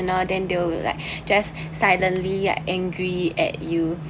ignore them then they will like just silently angry at you